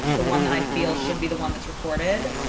the one that i feel should be the one that's recorded,